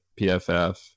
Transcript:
PFF